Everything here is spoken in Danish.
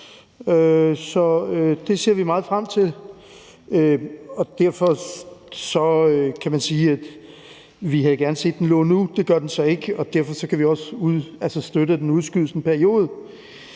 så det ser vi meget frem til. Derfor kan man også sige, at vi gerne havde set, at den forelå nu. Det gør den så ikke, og derfor kan vi også støtte, at den udskydes i en periode.